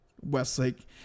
Westlake